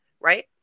right